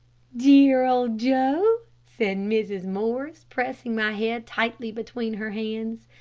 dear old joe, said mrs. morris, pressing my head tightly between her hands.